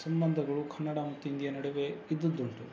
ಸಂಬಂಧಗಳು ಕನ್ನಡ ಮತ್ತು ಹಿಂದಿಯ ನಡುವೆ ಇದ್ದುದ್ದುಂಟು